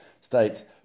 State